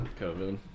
COVID